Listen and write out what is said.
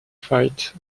fight